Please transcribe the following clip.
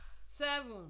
seven